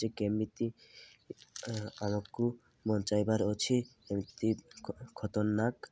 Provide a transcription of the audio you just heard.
ଯେ କେମିତି ଆମକୁ ବଞ୍ଚାଇବାର ଅଛି ଏମିତି ଖତର୍ନାକ୍